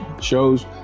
shows